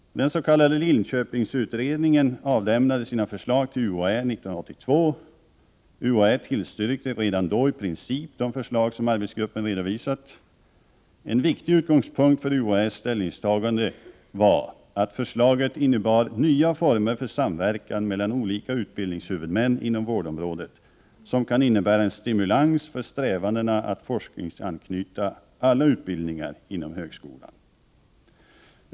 Den s.k. Linköpingsutredningen avlämnade sina förslag till UHÄ 1982. UHÄ tillstyrkte redan då i princip de förslag som arbetsgruppen redovisat. En viktig utgångspunkt för UHÄ:s ställningstagande var att förslaget innebar nya former för samverkan mellan olika utbildningshuvudmän inom vårdområdet, som kan innebära en stimulans för strävandena att forskningsanknyta alla utbildningar inom högskolan.